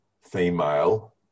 female